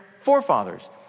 forefathers